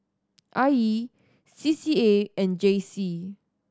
I E C C A and J C